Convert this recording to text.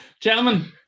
Gentlemen